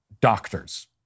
doctors